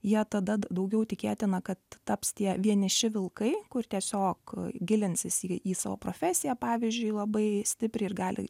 jie tada daugiau tikėtina kad taps tie vieniši vilkai kur tiesiog gilinsis į į savo profesiją pavyzdžiui labai stipriai ir gali